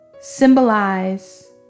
symbolize